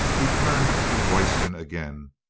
he turned to royston again.